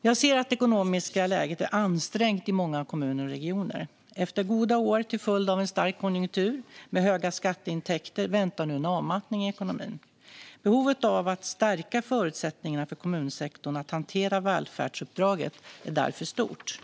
Jag ser att det ekonomiska läget är ansträngt i många kommuner och regioner. Efter goda år till följd av en stark konjunktur med höga skatteintäkter väntar nu en avmattning i ekonomin. Behovet av att stärka förutsättningarna för kommunsektorn att hantera välfärdsuppdraget är därför stort.